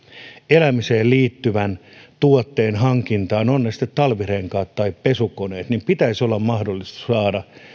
elämiseen liittyvän tuotteen hankintaan on se sitten talvirenkaat tai pesukone niin pitäisi olla mahdollisuus saada